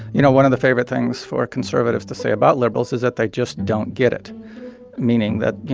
you know, one of the favorite things for conservatives to say about liberals is that they just don't get it meaning that, you